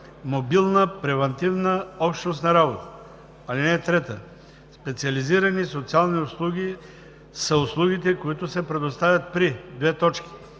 мобилна превантивна общностна работа. (3) Специализирани социални услуги са услугите, които се предоставят при: 1.